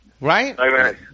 Right